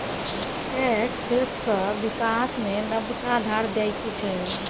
tax देशक बिकास मे नबका धार दैत छै